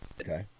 okay